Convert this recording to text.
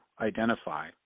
identify